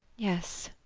yes,